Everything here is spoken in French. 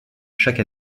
chaque